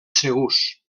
segurs